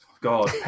God